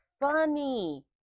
funny